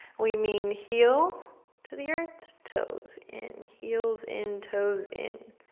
we mean heel to the earth, toes in. heels in, toes in.